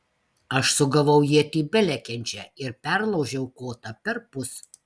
aš sugavau ietį belekiančią ir perlaužiau kotą perpus